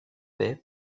baies